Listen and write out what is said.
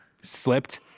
slipped